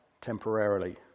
temporarily